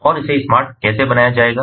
और इसे स्मार्ट कैसे बनाया जाएगा